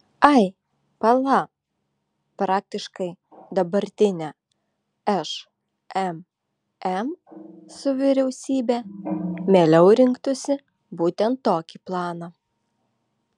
ai pala praktiškai dabartinė šmm su vyriausybe mieliau rinktųsi būtent tokį planą